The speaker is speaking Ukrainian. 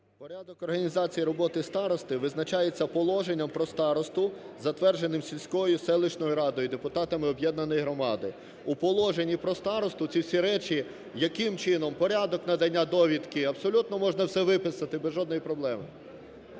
Порядок організації роботи старости визначається положенням про старосту, затвердженим сільською, селищною радою, депутатами об'єднаної громади. В Положенні про старосту ці всі речі – яким чином, порядок надання довідки – абсолютно можна все виписати без жодної проблеми.